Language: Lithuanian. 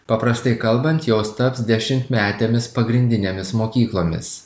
paprastai kalbant jos taps dešimtmetėmis pagrindinėmis mokyklomis